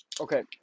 Okay